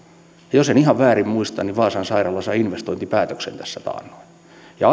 jos en ihan väärin muista niin vaasan sairaala sai investointipäätöksen tässä taannoin ja